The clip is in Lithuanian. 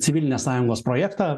civilinės sąjungos projektą